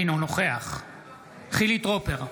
אינו נוכח חילי טרופר,